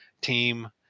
team